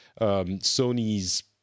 Sony's